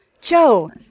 Joe